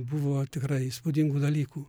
buvo tikrai įspūdingų dalykų